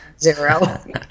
zero